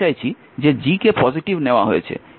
এখানে আমি বলতে চাইছি যে G কে পজিটিভ নেওয়া হয়েছে